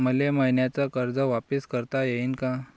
मले मईन्याचं कर्ज वापिस करता येईन का?